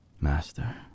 Master